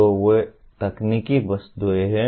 तो वे तकनीकी वस्तुएं हैं